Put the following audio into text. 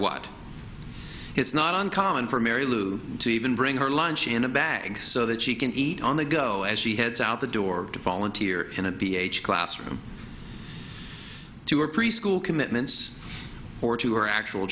what it's not uncommon for mary lou to even bring her lunch in a bag so that she can eat on the go as she heads out the door to volunteer in a ph classroom to her preschool commitments or to her actual